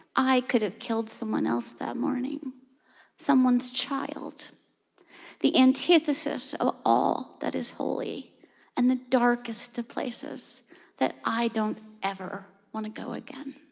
i could have killed someone else that morning someone's child the antithesis of all that is holy and the darkest of places that i don't ever want to go again